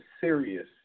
serious